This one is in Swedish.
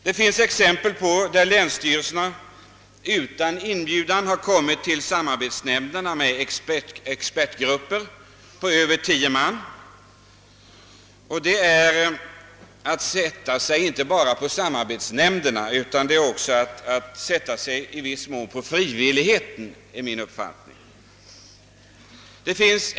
Det finns exempel på att länsstyrelserna utan inbjudan har kommit till samarbetsnämnderna med expertgrupper på över tio man. Detta är enligt min mening att sätta sig inte bara på samarbetsnämnderna utan också i viss mån på frivilligheten.